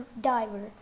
diver